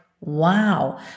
wow